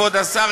כבוד השר,